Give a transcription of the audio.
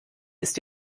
ist